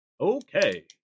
Okay